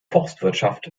forstwirtschaft